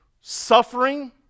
suffering